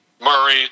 Murray